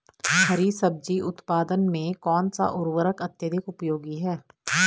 हरी सब्जी उत्पादन में कौन सा उर्वरक अत्यधिक उपयोगी है?